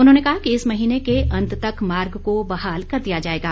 उन्होंने कहा कि इस महीने के अंत तक मार्ग को बहाल कर दिया जाएगा